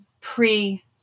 pre